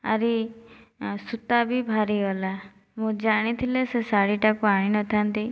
ଆରି ସୂତା ବି ବାହାରି ଗଲା ମୁଁ ଜାଣିଥିଲେ ସେ ଶାଢ଼ୀଟାକୁ ଆଣି ନଥାନ୍ତି